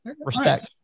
Respect